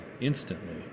instantly